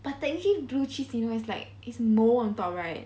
but technically blue cheese you know is like is mold on top right